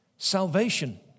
Salvation